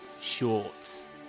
Shorts